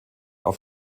auf